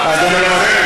אדוני.